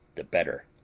the better.